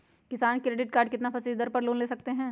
किसान credit card कितना फीसदी दर पर लोन ले सकते हैं?